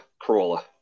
Corolla